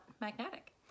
magnetic